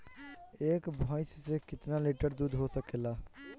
एक भइस से कितना लिटर दूध हो सकेला?